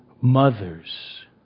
Mothers